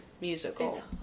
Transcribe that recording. musical